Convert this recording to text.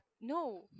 no